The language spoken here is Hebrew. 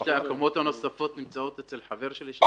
שתי הקומות הנוספות נמצאות אצל חבר שלי,